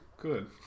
good